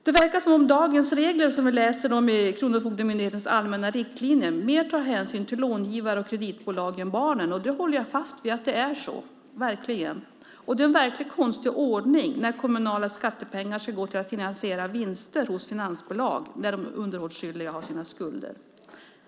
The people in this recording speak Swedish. Det verkar som om dagens regler, som vi läser dem i Kronofogdemyndighetens allmänna riktlinjer, mer tar hänsyn till långivare och kreditbolag än till barnen. Jag håller fast vid att det verkligen är så. Det är en verkligt konstig ordning när kommunala skattepengar ska gå till att finansiera vinster hos finansbolag där de underhållsskyldiga har sina skulder.